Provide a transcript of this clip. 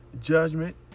judgment